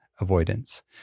avoidance